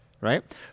right